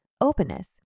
openness